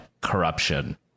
corruption